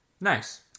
Nice